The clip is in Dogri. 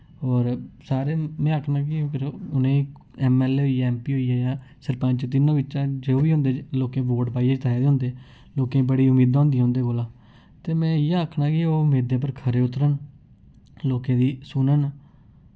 और सारें में आखना कि फिर उ'नें ऐम्मऐल्लए होई गे ऐम्मपी होई गे जां सरपंच तिनों बिच्चा जो बी होंदे लोकें वोट पाइयै जताए दे होंदे लोकें बड़ी मेदां होंदियां उंदे कोला ते में इयै आखना कि ओह् मेदें उप्पर खरे उतरन लोकें दी सुनन